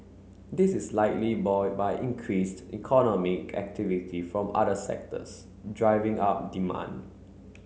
this is likely buoy by increased economic activity from other sectors driving up demand